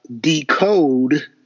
decode